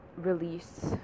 release